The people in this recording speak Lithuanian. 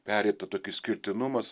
pereiti tą tokį išskirtinumą